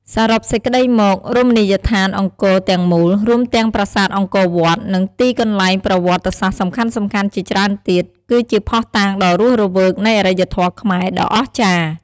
សរុបសេចក្តីមក រមណីយដ្ឋានអង្គរទាំងមូល រួមទាំងប្រាសាទអង្គរវត្ត និងទីកន្លែងប្រវត្តិសាស្ត្រសំខាន់ៗជាច្រើនទៀត គឺជាភស្តុតាងដ៏រស់រវើកនៃអរិយធម៌ខ្មែរដ៏អស្ចារ្យ។